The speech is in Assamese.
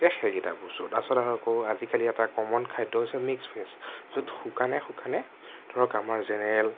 গতিকে সেইকেইটা বস্তু তাছত আকৌ আজিকালি এটা কমন খাদ্য হৈছে মিক্স ভেজ য'ত শুকানে শুকানে ধৰক আমাৰ জেনেৰেল